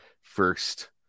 first